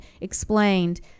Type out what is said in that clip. explained